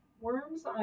Worms